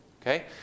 Okay